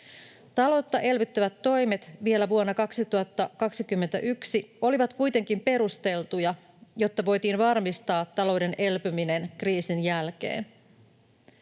Taloutta elvyttävät toimet vielä vuonna 2021 olivat kuitenkin perusteltuja, jotta voitiin varmistaa talouden elpyminen kriisin jälkeen.